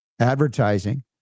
advertising